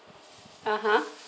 (uh huh)